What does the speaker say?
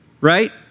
right